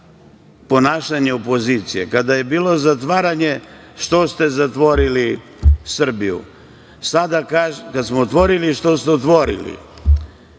ponašanje opozicije. Kada je bilo zatvaranje, što ste zatvorili Srbiju? Sada, kada smo otvorili, što ste otvorili?